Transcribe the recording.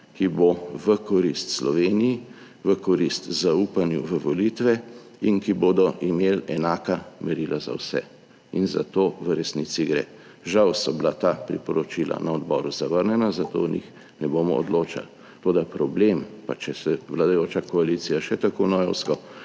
ki bo v korist Sloveniji, v korist zaupanju v volitve in ki bodo imeli enaka merila za vse. In za to v resnici gre. Žal so bila ta priporočila na odboru zavrnjena, zato o njih ne bomo odločali. Toda problem, pa če se vladajoča koalicija še tako nojevsko